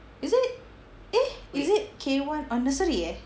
is it eh is it K one or nursery eh